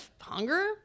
hunger